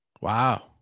Wow